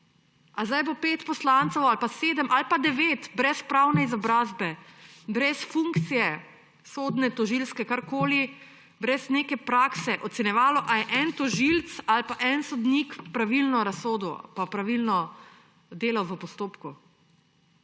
Ali zdaj bo pet poslancev, ali pa sedem, ali pa devet brez pravne izobrazbe, brez funkcije, sodne, tožilske, karkoli, brez neke prakse ocenjevalo, ali je en tožilec ali pa en sodnik pravilno razsodil, pa pravilno delal v postopku?